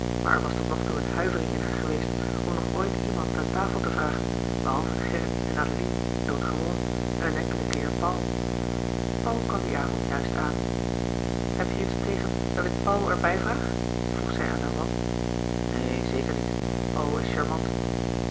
er was tot nog toe een huivering in haar geweest om nog ooit iemand aan tafel te vragen behalve gerrit en adeline doodgewoon en een enkelen keer paul paul kwam dien avond juist aan heb je er iets op tegen dat ik paul er bij vraag vroeg zij aan haar man neen zeker niet paul is charmant